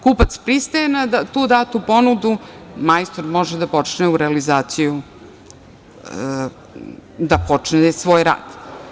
Kupac pristaje na tu datu ponudu, majstor može da počne u realizaciju i da počne svoj rad.